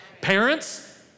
Parents